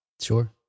Sure